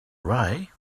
ray